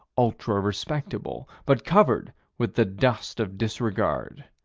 ultra-respectable, but covered with the dust of disregard.